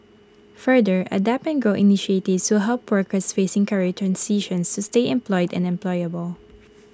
further adapt and grow so help workers facing career transitions to stay employed and employable